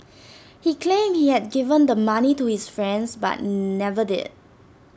he claimed he had given the money to his friend but never did